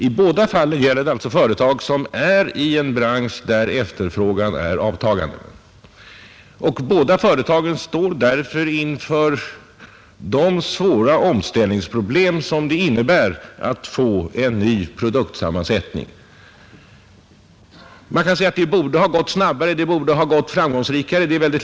I båda fallen gäller det företag som arbetar i en bransch där efterfrågan är avtagande, och båda företagen står därmed inför de svåra omställningsproblem som det innebär att få en ny produktsammansättning. Det är mycket lätt att säga att det borde ha gått snabbare, det borde ha varit framgångsrikare.